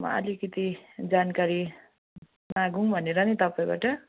म अलिकिति जानकारी मागौँ भनेर नि तपाईँबाट